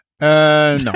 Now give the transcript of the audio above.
No